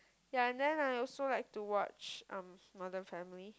ya and then I also like to watch um modern family